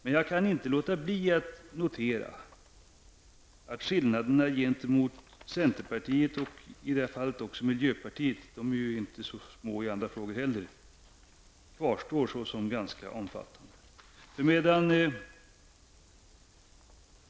Men jag kan inte låta bli att notera att skillnaderna gentemot centerpartiet och även mot miljöpartiet -- där skillnaderna i andra frågor inte är särskilt små heller -- kvarstår såsom ganska omfattande.